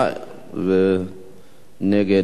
נגד, הסרה.